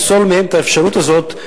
לפסול מהם את האפשרות הזאת,